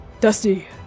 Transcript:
Dusty